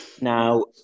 now